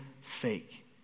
fake